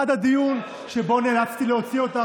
עד הדיון שבו נאלצתי להוציא אותך,